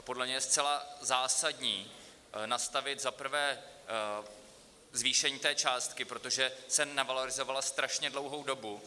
Podle mě je zcela zásadní nastavit za prvé zvýšení té částky, protože se nevalorizovala strašně dlouhou dobu.